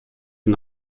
den